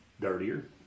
dirtier